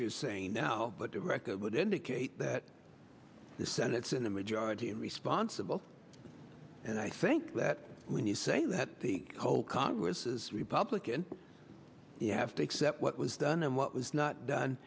you're saying now but the record would indicate that the senate's in the majority responsible and i think that when you say that the whole congress is republican you have to accept what was done and what was not done